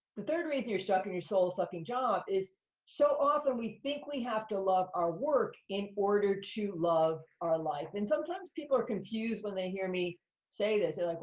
the third reason you're stuck in your soul-sucking job is so often, we think we have to love our work in order to love our life. and sometimes, people are confused when they hear me say this. they're like,